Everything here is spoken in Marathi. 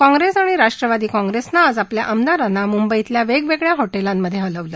काँप्रेस आणि राष्ट्रवादी कॉप्रेसनं आज आपल्या आमदारांना मुंबईतल्या वेगवेगळ्या हॉ झिंमधे हलवलं